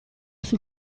sul